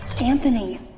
Anthony